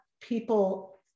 people